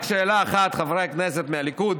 רק שאלה אחת, חברי הכנסת מהליכוד,